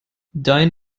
dein